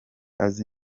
azi